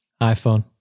iPhone